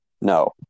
No